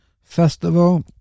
Festival